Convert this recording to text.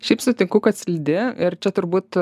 šiaip sutinku kad slidi ir čia turbūt